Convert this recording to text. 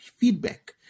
feedback